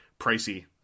pricey